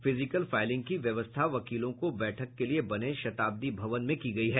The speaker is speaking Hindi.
फिजिकल फाइलिंग की व्यवस्था वकीलों को बैठक के लिये बने शताब्दी भवन में की गई है